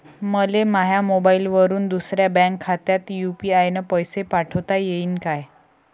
मले माह्या मोबाईलवरून दुसऱ्या बँक खात्यात यू.पी.आय न पैसे पाठोता येईन काय?